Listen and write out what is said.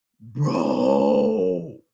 bro